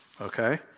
Okay